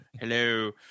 Hello